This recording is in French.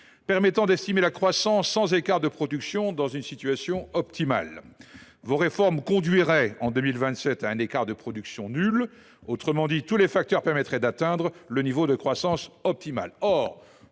permettant d’estimer la croissance sans écart de production dans une situation optimale. Vos réformes conduiraient, en 2027, à un écart de production nul. Autrement dit, tous les facteurs permettraient d’atteindre le niveau de croissance optimal.